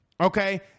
okay